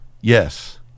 Yes